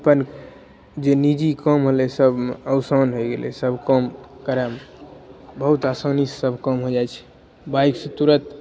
अपन जे नीजी काम होलै सब आसान होइ गेलै सब काम करैमे बहुत आसानी से सब काम हो जाइ छै बाइक से तुरत